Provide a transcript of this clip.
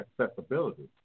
accessibility